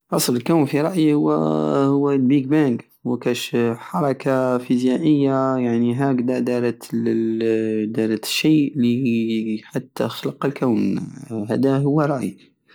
أصل الكون في راي هو- هو البيق بانق هو كش كحركة فيزيائية يعني هكدا دارت- الل- دارت الشيء الي حتا خلق الكون هدا هو رأيي